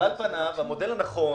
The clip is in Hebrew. על פניו המודל הנכון